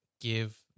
give